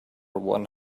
one